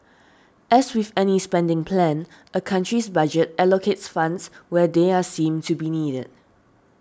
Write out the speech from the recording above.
as with any spending plan a country's budget allocates funds where they are seen to be needed